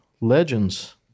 legends